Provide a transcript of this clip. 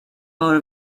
mode